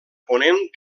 ponent